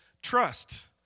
trust